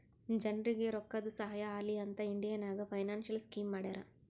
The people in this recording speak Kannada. ಜನರಿಗ್ ರೋಕ್ಕಾದು ಸಹಾಯ ಆಲಿ ಅಂತ್ ಇಂಡಿಯಾ ನಾಗ್ ಫೈನಾನ್ಸಿಯಲ್ ಸ್ಕೀಮ್ ಮಾಡ್ಯಾರ